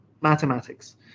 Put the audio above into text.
Mathematics